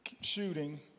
shooting